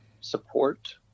support